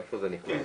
איפה זה נכנס?